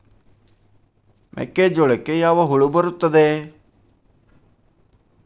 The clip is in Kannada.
ಮೆಕ್ಕೆಜೋಳಕ್ಕೆ ಯಾವ ಹುಳ ಬರುತ್ತದೆ?